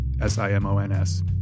S-I-M-O-N-S